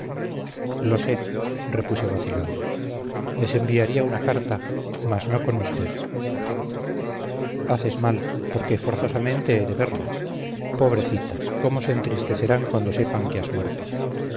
lo sé repuse vacilando les enviaría una carta mas no con usted haces mal porque forzosamente he de verlas pobrecitas cómo se entristecerán cuando sepan que has muerto